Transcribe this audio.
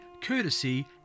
courtesy